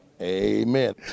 Amen